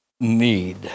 need